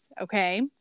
okay